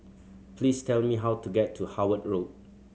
please tell me how to get to Howard Road